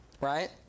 Right